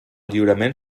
lliurament